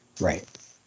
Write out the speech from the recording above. Right